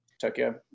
Tokyo